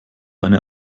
eine